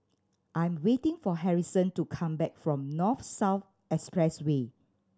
I'm waiting for Harrison to come back from North South Expressway